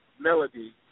Melody